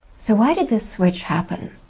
so why did this switch happen?